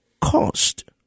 cost